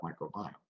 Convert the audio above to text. microbiome